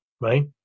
right